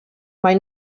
mai